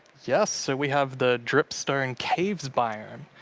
yes, so we have the dripstone caves biome.